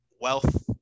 wealth